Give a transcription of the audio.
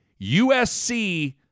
USC